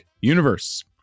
Universe